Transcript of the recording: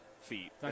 feet